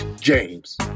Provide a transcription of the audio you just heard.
James